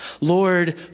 Lord